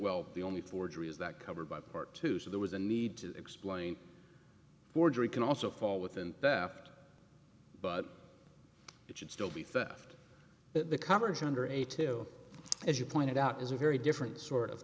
well the only forgery is that covered by part two so there was a need to explain forgery can also fall within but it should still be theft but the coverage under eighty two as you pointed out is a very different sort of